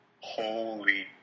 holy